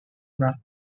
rock